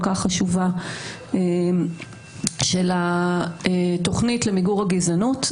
כך חשובה של התוכנית למיגור הגזענות,